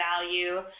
value